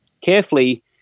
carefully